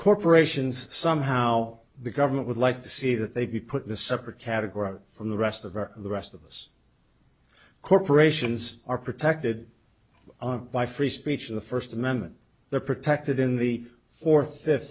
corporations somehow the government would like to see that they be put in a separate category from the rest of our the rest of us corporations are protected by free speech and the first amendment they're protected in the fourth fifth